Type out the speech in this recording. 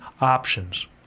options